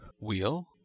Wheel